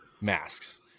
masks